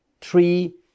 three